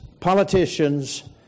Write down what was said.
politicians